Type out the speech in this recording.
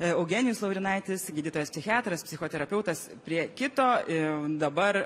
eugenijus laurinaitis gydytojas psichiatras psichoterapeutas prie kito ir dabar